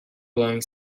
blowing